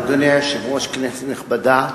אדוני היושב-ראש, כנסת נכבדה,